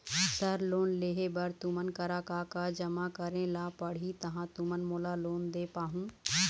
Sir loan लेहे बर तुमन करा का का जमा करें ला पड़ही तहाँ तुमन मोला लोन दे पाहुं?